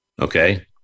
okay